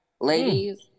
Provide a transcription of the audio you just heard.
Ladies